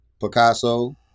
Picasso